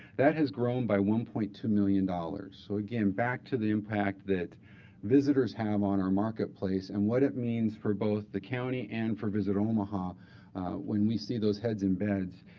that has grown by one point two million dollars. so again, back to the impact that visitors have on our marketplace and what it means for both the county and for visit omaha when we see those heads in beds,